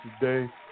today